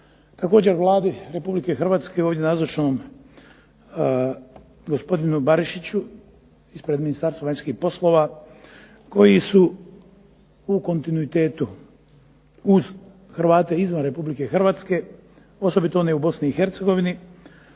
također Vladi RH i ovdje nazočnom gospodinu Barišiću ispred Ministarstva vanjskih poslova koji su u kontinuitetu uz Hrvate izvan RH osobito one u BiH i sve vlade